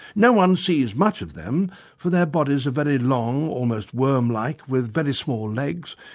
no-one sees much of them for their bodies are very long, almost worm-like with very small legs,